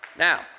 Now